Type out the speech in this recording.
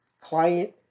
client